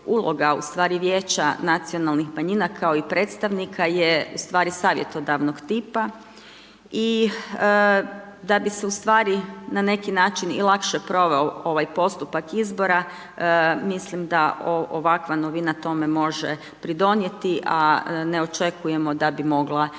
uloga ustvari vijeća nacionalnih manjina kao i predstavnika je ustvari savjetodavnog tipa i da bi se ustvari na neki način i lakše proveo ovaj postupak izbora, mislim da ovakva novina može tome pridonijeti a ne očekujemo da bi mogla